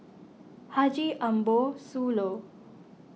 Haji Ambo Sooloh